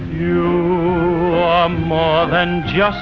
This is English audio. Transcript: you more than just